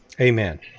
Amen